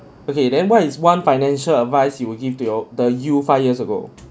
okay then what is one financial advice you will give to your the you five years ago